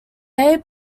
they